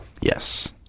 Yes